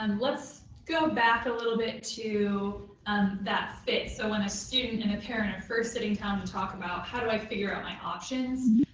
and let's go back a little bit to that fit. so when a student and and are first sitting down to talk about how do i figure out my options,